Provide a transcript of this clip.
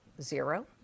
zero